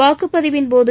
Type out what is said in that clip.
வாக்குப்பதிவிள் போது